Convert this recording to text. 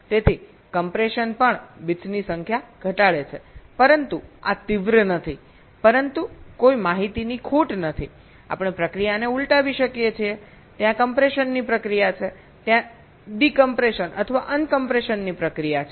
તેથી કમ્પ્રેશન પણ બિટ્સની સંખ્યા ઘટાડે છે પરંતુ આ તીવ્ર નથી પરંતુ કોઈ માહિતી ખોટ નથી આપણે પ્રક્રિયાને ઉલટાવી શકીએ છીએત્યાં કમ્પ્રેશનની પ્રક્રિયા છે ત્યાં ડિકમ્પ્રેશન અથવા અન કમ્પ્રેશનની પ્રક્રિયા છે